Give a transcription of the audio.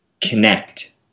connect